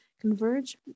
Converge